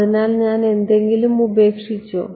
അതിനാൽ ഞാൻ എന്തെങ്കിലും ഉപേക്ഷിച്ചോ